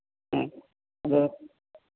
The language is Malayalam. അത്